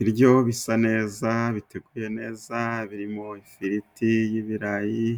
Ibiryo bisa neza, biteguye neza, birimo ifiriti y'ibirayi,